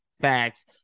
Facts